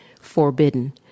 forbidden